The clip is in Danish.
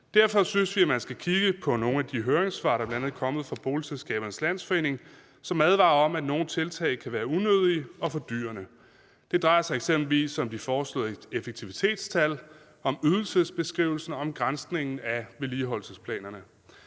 Derfor synes vi, man skal kigge på nogle af de høringssvar, der bl.a. er kommet fra Boligselskabernes Landsforening, som advarer om, at nogle tiltag kan være unødige og fordyrende. Det drejer sig eksempelvis om de foreslåede effektivitetstal, om ydelsesbeskrivelsen og om granskningen af vedligeholdelsesplanerne.